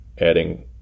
adding